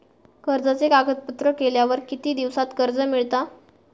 कर्जाचे कागदपत्र केल्यावर किती दिवसात कर्ज मिळता?